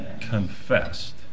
confessed